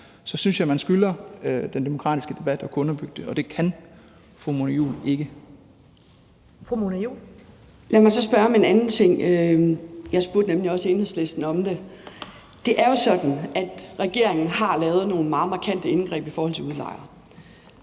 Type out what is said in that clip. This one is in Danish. Første næstformand (Karen Ellemann): Fru Mona Juul. Kl. 11:08 Mona Juul (KF): Jeg må så spørge om en anden ting. Jeg spurgte nemlig også Enhedslisten om det. Det er jo sådan, at regeringen har lavet nogle meget markante indgreb i forhold til udlejere: